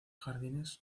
jardines